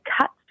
cuts